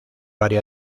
área